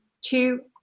two